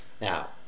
Now